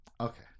Okay